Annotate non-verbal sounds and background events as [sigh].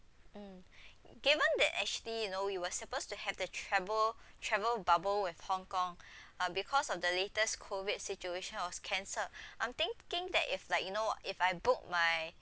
mm [breath] given that actually you know we were supposed to have the travel [breath] travel bubble with Hong-Kong [breath] uh because of the latest COVID situation was cancelled [breath] I'm thinking that if like you know if I book my